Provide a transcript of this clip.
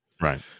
Right